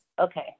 okay